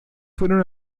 fueron